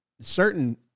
certain